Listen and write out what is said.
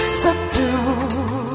subdue